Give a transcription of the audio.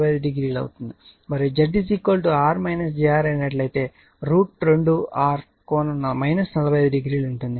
మరియు Z R jR అయితే √ 2 R కోణం 45 డిగ్రీ ఉంటుంది ఎందుకంటే mod XL XC R